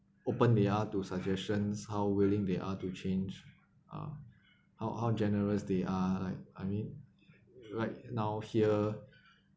open they are to suggestions how willing they are to change uh how how generous they are like I mean right now here